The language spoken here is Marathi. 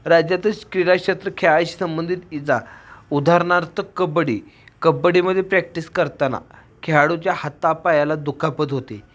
राज्यातच क्रीडाक्षेत्र खेळाशी संबंधित इजा उदाहरणार्थ कबड्डी कबड्डीमध्ये प्रॅक्टिस करताना खेळाडूच्या हातापायाला दुखापत होते